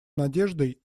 надеждой